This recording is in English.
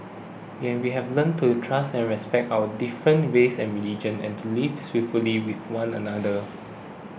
and we have learnt to trust and respect our different races and religions and to live peacefully with one another